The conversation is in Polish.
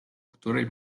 której